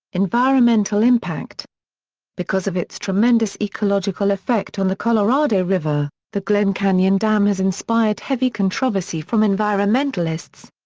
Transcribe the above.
environmental impact because of its tremendous ecological effect on the colorado river, the glen canyon dam has inspired heavy controversy from environmentalists.